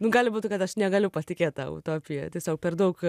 nu gali būti kad aš negaliu pasitikėt ta utopija tiesiog per daug